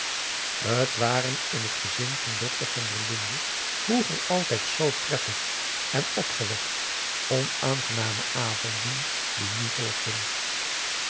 het waren in het gezin van dokter van der linden vroeger altijd zoo prettig en opgewekt onaangename avonden die nu volgden